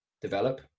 develop